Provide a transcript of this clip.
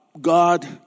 God